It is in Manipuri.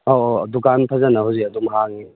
ꯑꯧ ꯑꯧ ꯗꯨꯀꯥꯟ ꯐꯖꯅ ꯍꯧꯖꯤꯛ ꯑꯗꯨꯝ ꯍꯥꯡꯉꯤ